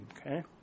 Okay